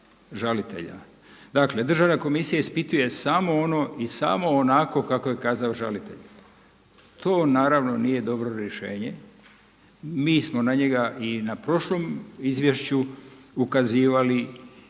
žalitelja. Dakle državna komisija ispituje samo ono i samo onako kako je kazao žalitelj. To naravno nije dobro rješenje. Mi smo na njega i na prošlom izvješću ukazivali